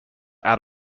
add